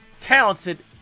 talented